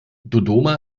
dodoma